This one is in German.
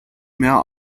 mehr